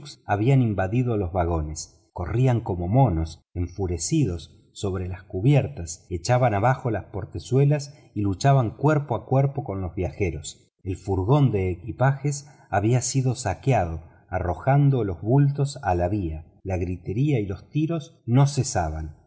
habían invadido los vagones corrían como monos enfurecidos sobre las cubiertas echaban abajo las portezuelas y luchaban cuerpo a cuerpo con los viajeros el furgón de equipajes había sido saqueado arrojando los bultos a la via la gritería y los tiros no cesaban sin